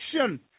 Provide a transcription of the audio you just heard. action